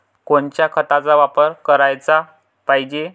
कोनच्या खताचा वापर कराच पायजे?